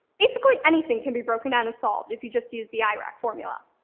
basically, anything can be broken down and solved if you just use the ah irac formula.